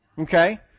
Okay